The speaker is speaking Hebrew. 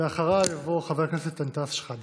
אחריו יבוא חבר הכנסת אנטאנס שחאדה.